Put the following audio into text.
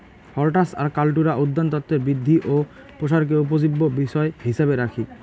হরটাস আর কাল্টুরা উদ্যানতত্বের বৃদ্ধি ও প্রসারকে উপজীব্য বিষয় হিছাবে রাখি